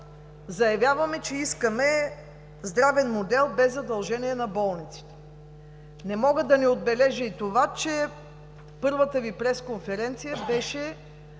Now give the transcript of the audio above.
заявяваме, че искаме здравен модел без задължения на болниците. Не мога да не отбележа и това, че първата Ви пресконференция беше